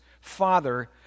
father